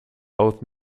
both